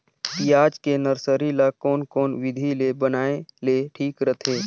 पियाज के नर्सरी ला कोन कोन विधि ले बनाय ले ठीक रथे?